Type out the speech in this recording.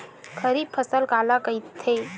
खरीफ फसल काला कहिथे?